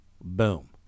boom